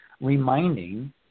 reminding